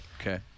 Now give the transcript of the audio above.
Okay